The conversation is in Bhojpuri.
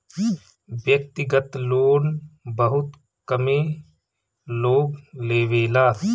व्यक्तिगत लोन बहुत कमे लोग लेवेला